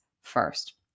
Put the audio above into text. first